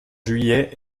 juillet